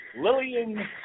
Lillian